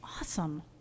Awesome